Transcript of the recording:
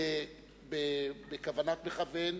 בכוונת מכוון,